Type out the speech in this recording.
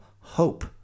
hope